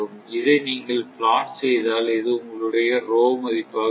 இதை நீங்கள் பிளாட் செய்தால் இது உங்களுடைய மதிப்பாக இருக்கும்